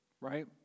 Right